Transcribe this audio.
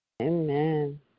Amen